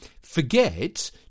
forget